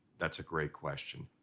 that's a great question.